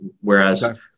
whereas